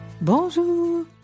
Bonjour